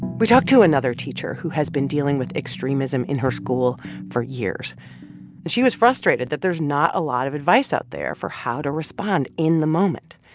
we talked to another teacher who has been dealing with extremism in her school for years. and she was frustrated that there's not a lot of advice out there for how to respond in the moment.